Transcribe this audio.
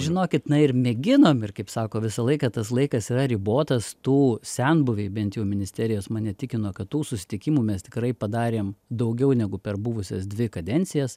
žinokit na ir mėginom ir kaip sako visą laiką tas laikas yra ribotas tų senbuviai bent jau ministerijos mane tikino kad tų susitikimų mes tikrai padarėm daugiau negu per buvusias dvi kadencijas